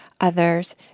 others